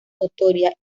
notoria